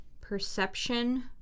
perception